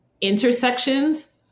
intersections